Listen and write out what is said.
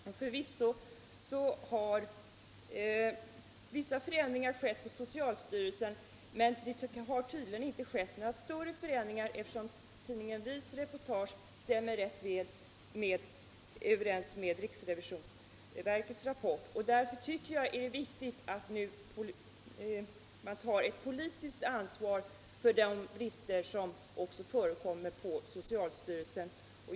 Vissa föränd effektivisera socialstyrelsen ringar har skett i socialstyrelsen, men tydligen är det inte fråga om några större förändringar, eftersom reportaget i tidningen Vi stämmer rätt väl överens med riksrevisionsverkets rapport. Därför tycker jag att det är viktigt att vi nu tar ett politiskt ansvar för de brister som förekommer på socialstyrelsen.